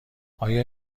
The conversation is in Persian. آیا